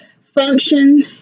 function